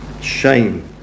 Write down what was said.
shame